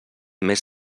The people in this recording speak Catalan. més